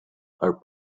are